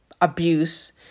abuse